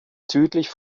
südlich